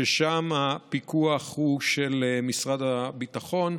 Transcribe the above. שם הפיקוח הוא של משרד הביטחון.